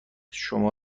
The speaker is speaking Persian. شما